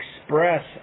express